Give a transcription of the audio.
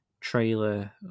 trailer